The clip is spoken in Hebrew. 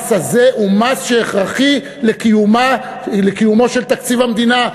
המס הזה הוא מס שהכרחי לקיומו של תקציב המדינה,